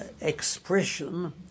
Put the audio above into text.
expression